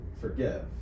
forgive